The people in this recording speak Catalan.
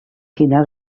quina